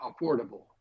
affordable